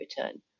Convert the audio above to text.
return